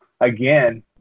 Again